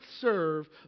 serve